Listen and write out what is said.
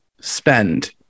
spend